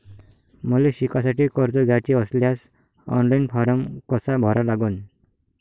मले शिकासाठी कर्ज घ्याचे असल्यास ऑनलाईन फारम कसा भरा लागन?